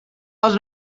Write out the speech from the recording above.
was